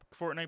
Fortnite